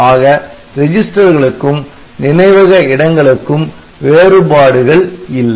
ஆக ரிஜிஸ்டர்களுக்கும் நினைவக இடங்களுக்கும் வேறுபாடுகள் இல்லை